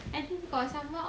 (uh huh)